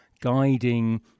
guiding